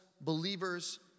believers